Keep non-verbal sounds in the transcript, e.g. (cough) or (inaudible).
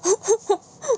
(laughs)